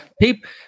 People